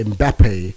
Mbappe